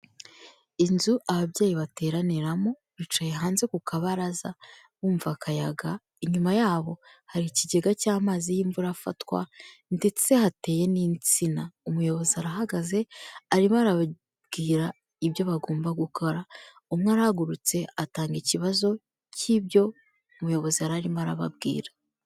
Inzu ababyeyi bateraniramo, bicaye hanze ku kabaraza, bumva akayaga, inyuma yabo hari ikigega cy'amazi y'imvura afatwa, ndetse hateye n'insina, umuyobozi arahagaze arimo arababwira ibyo bagomba gukora, umwe arahagurutse atanga ikibazo cy'ibyo umuyobozi yari arimo arababwira.